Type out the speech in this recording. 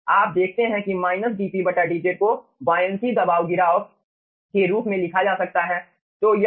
आप देखते हैं कि माइनस dp dz को बायअंशी दबाव गिराव के रूप में लिखा जा सकता है